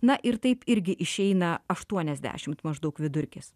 na ir taip irgi išeina aštuoniasdešimt maždaug vidurkis